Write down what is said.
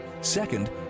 Second